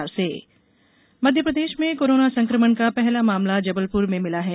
corona प्रदेश मध्यप्रदेश में corona संक्रमण का पहला मामला जबलपुर में मिला है